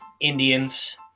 Indians